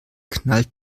knallt